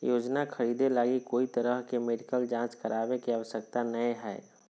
योजना खरीदे लगी कोय तरह के मेडिकल जांच करावे के आवश्यकता नयय हइ